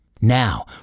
Now